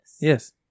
Yes